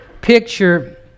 picture